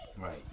Right